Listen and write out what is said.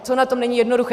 Co na tom není jednoduché?